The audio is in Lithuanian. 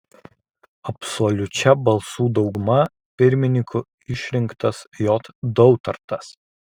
absoliučia balsų dauguma pirmininku išrinktas j dautartas